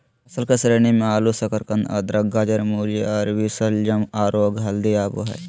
फसल के श्रेणी मे आलू, शकरकंद, अदरक, गाजर, मूली, अरबी, शलजम, आरो हल्दी आबो हय